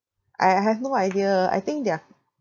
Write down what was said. I I have no idea I think they are